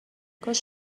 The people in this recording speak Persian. کاش